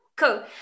cool